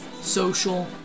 social